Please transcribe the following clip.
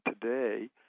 today